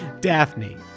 Daphne